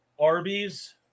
Arby's